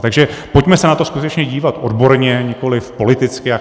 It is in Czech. Takže pojďme se na to skutečně dívat odborně, nikoliv politicky.